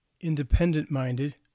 independent-minded